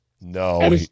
No